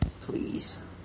Please